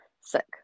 sick